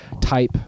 Type